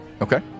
okay